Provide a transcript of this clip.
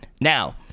Now